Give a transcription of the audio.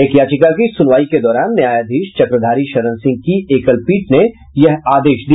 एक याचिका की सुनवाई के दौरान न्यायाधीश चक्रधारी शरण सिंह की एकलपीठ ने यह आदेश दिया